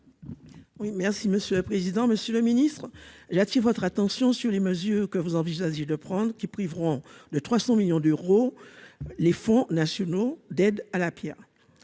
Oui, merci Monsieur le président, Monsieur le Ministre, là si votre attention sur les mesures que vous envisagez de prendre qui priveront de 300 millions d'euros les fonds nationaux d'aide à la Pierre,